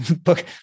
book